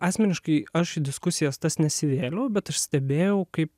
asmeniškai aš į diskusijas tas nesivėliau bet aš stebėjau kaip